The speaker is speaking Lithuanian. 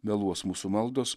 vėluos mūsų maldos